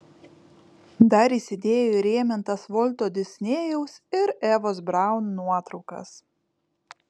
dar įsidėjo įrėmintas volto disnėjaus ir evos braun nuotraukas